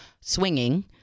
swinging